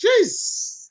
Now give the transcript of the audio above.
Jeez